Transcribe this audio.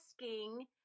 asking